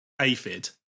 aphid